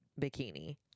bikini